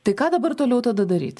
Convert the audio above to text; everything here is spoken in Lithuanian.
tai ką dabar toliau tada daryt